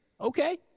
Okay